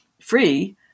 free